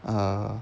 err